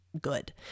good